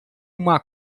uma